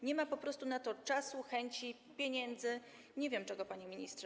Nie ma po prostu na to czasu, chęci, pieniędzy, nie wiem czego, panie ministrze.